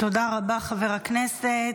תודה רבה, חבר הכנסת.